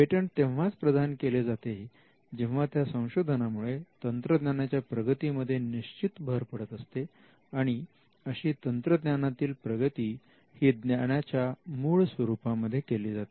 patent तेव्हाच प्रदान केले जातात जेव्हा त्या संशोधनामुळे तंत्रज्ञानाच्या प्रगतीमध्ये निश्चित भर पडत असते आणि अशी तंत्रज्ञानातील प्रगती ही ज्ञानाच्या मूळ स्वरूपामध्ये केली जाते